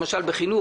למשל בחינוך,